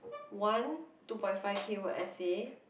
one two point five K word essay